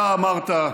אתה אמרת,